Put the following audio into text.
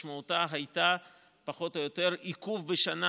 משמעותה הייתה פחות או יותר עיכוב בשנה